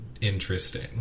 interesting